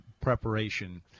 preparation